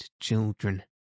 children